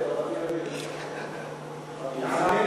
ההצעה